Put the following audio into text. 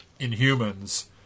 Inhumans